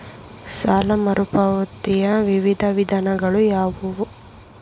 ಸಾಲ ಮರುಪಾವತಿಯ ವಿವಿಧ ವಿಧಾನಗಳು ಯಾವುವು?